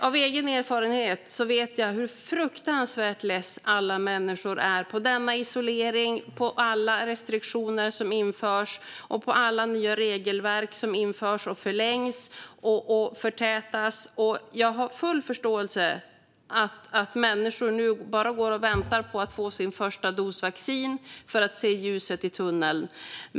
Av egen erfarenhet vet jag hur fruktansvärt less alla människor är på denna isolering, på alla restriktioner som införs och på alla nya regelverk som införs, förlängs och förtätas. Jag har full förståelse för att människor nu bara går och väntar på att få sin första dos vaccin för att se ljuset i tunneln.